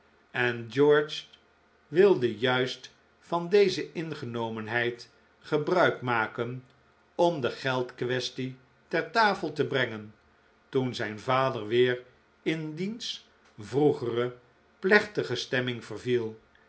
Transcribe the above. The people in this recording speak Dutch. en george wilde juist van deze ingenomenheid gebruik maken om de geldquaestie ter tafel te brengen toen zijn vader weer in diens vroegere plechtige stemming verviel